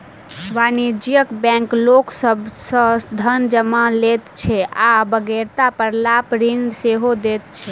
वाणिज्यिक बैंक लोक सभ सॅ धन जमा लैत छै आ बेगरता पड़लापर ऋण सेहो दैत छै